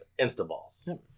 Instaballs